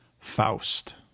Faust